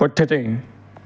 पुठिते